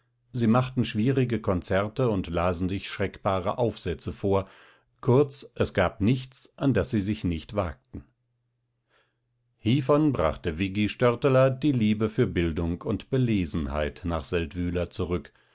sie machten schwierige konzerte und lasen sich schreckbare aufsätze vor kurz es gab nichts an das sie sich nicht wagten hievon brachte viggi störteler die liebe für bildung und belesenheit nach seldwyla zurück